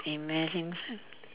imagine